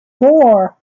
four